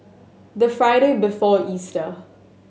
the Friday before Easter